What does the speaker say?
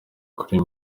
kuri